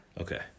Okay